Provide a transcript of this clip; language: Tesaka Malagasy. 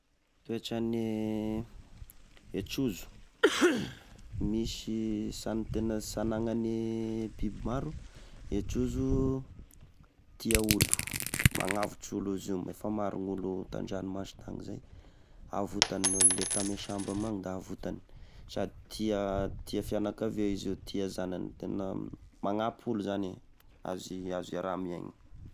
Toetran'ny e trozo! Misy samy tena sy anagnane biby maro, e trozo tia olo, magnavotro olo izy io! efa maro gn'olo tandranomasy tagny zay! avotany nony lety tame sambo amignany da avotany! Sady tia tia fianakavia izy io tia zanany tena magnampy olo zany e! Azo i- azo iaraha miaina.